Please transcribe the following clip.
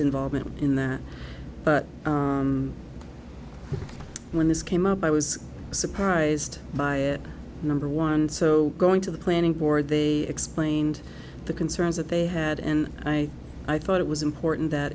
involvement in that but when this came up i was surprised by it number one so going to the planning board they explained the concerns that they had and i i thought it was important that